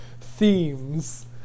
themes